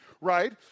right